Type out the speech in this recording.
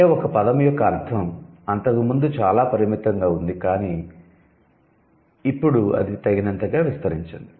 అంటే ఒక పదం యొక్క అర్ధం అంతకుముందు చాలా పరిమితంగా ఉంది ఇప్పుడు అది తగినంతగా విస్తరించింది